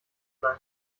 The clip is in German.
sein